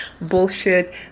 bullshit